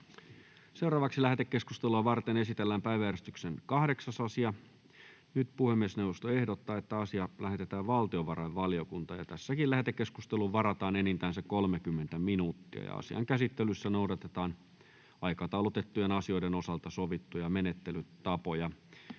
Content: Lähetekeskustelua varten esitellään päiväjärjestyksen 8. asia. Puhemiesneuvosto ehdottaa, että asia lähetetään valtiovarainvaliokuntaan. Tässäkin lähetekeskusteluun varataan enintään se 30 minuuttia ja asian käsittelyssä noudatetaan aikataulutettujen asioiden osalta sovittuja menettelytapoja.